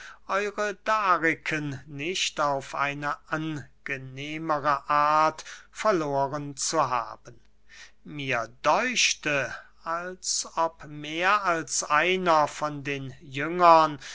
euere dariken nicht auf eine angenehmere art verloren zu haben mir däuchte als ob mehr als einer von den jüngern